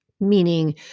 meaning